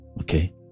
Okay